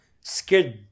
scared